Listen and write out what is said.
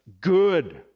good